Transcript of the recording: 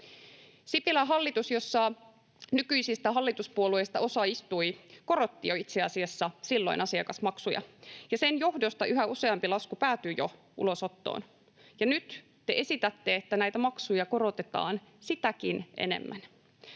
Sipilän hallitus, jossa nykyisistä hallituspuolueista osa istui, korotti jo itse asiassa silloin asiakasmaksuja, ja sen johdosta yhä useampi lasku päätyi jo ulosottoon. Ja nyt te esitätte, että näitä maksuja korotetaan sitäkin enemmän.